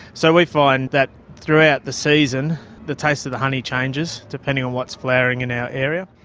so we find that throughout the season the taste of the honey changes depending on what is flowering in our area.